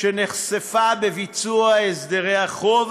שנחשפה בביצוע הסדרי החוב,